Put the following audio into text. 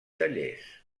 tallers